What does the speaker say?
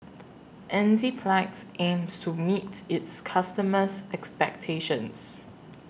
Enzyplex aims to meet its customers' expectations